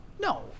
No